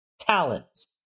Talents